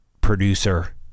producer